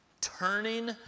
Turning